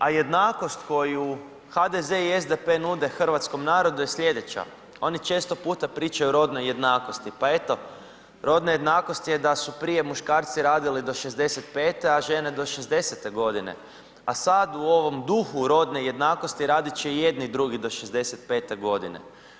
A jednakost koju HDZ i SDP nude hrvatskom narodu je sljedeća, oni često puta pričaju o rodnoj jednakosti, pa eto rodna jednakost je da su prije muškarci radili do 65., a žene do 60. godine, a sada u ovom duhu rodne jednakosti radit će i jedni i drugi do 65. godine.